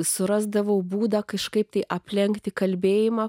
surasdavau būdą kažkaip tai aplenkti kalbėjimą